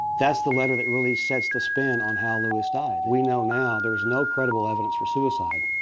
that's the letter that really sets the spin on how lewis died. we know now there's no credible evidence for suicide.